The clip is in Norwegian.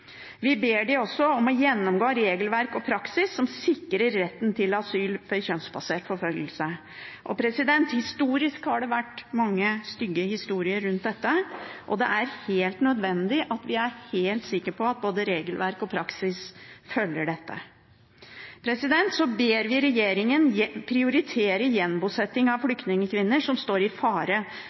Vi ber dem også om å gjennomgå regelverk og praksis som sikrer retten til asyl ved kjønnsbasert forfølgelse. Historisk har det vært mange stygge historier rundt dette, og det er helt nødvendig at vi er helt sikre på at både regelverk og praksis følger dette. Så ber vi regjeringen prioritere gjenbosetting av flyktningkvinner som står i fare